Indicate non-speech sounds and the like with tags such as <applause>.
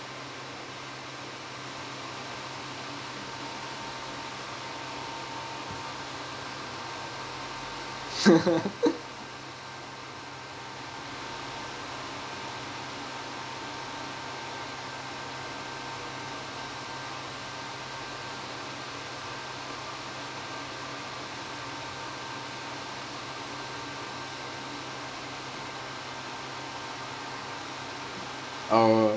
<laughs> err